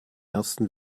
ersten